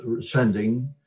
sending